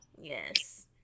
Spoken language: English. Yes